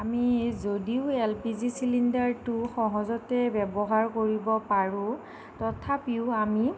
আমি যদিও L P G চিলিণ্ডাৰটো সহজতে ব্যৱহাৰ কৰিব পাৰোঁ তথাপিও আমি